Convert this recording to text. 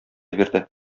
бирде